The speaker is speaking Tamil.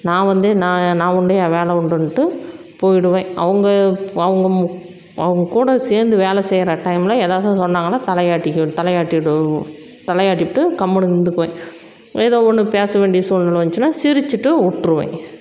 நான் வந்து நான் நான் உண்டு என் வேலை உண்டுண்ட்டு போய்டுவேன் அவங்க அவங்க அவங்க கூட சேர்ந்து வேலை செய்கிற டைமில் எதாவது சொன்னாங்கன்னா தலையாட்டிக்க தலையாட்டிடு தலையாட்டிப்புட்டு கம்முனு இருந்துக்குவேன் ஏதோ ஒன்று பேச வேண்டிய சூல்நிலை வந்துடுச்சினா சிரிச்சிட்டு விட்ருவேன்